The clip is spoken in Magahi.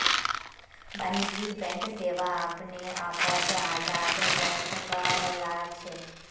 वाणिज्यिक बैंक सेवा अपने आपत आजाद बैंक कहलाछेक